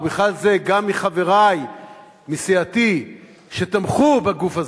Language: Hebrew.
ובכלל זה גם חברי סיעתי שתמכו בגוף הזה,